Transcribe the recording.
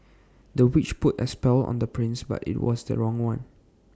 the witch put A spell on the prince but IT was the wrong one